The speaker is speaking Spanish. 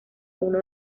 uno